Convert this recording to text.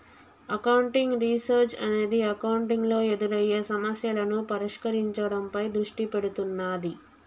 accounting research అనేది accounting లో ఎదురయ్యే సమస్యలను పరిష్కరించడంపై దృష్టి పెడుతున్నాది